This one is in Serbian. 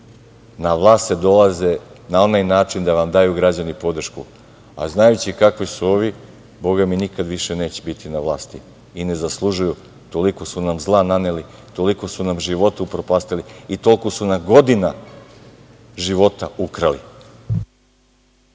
na vlast se dolazi na onaj način gde vam građani daju podršku, a znajući kakvi su ovi, Boga mi nikad više neće biti na vlasti i ne zaslužuju. Toliko su nam zla naneli, toliko su nam života upropastili i toliko su nam godina života ukrali.